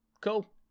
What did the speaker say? Cool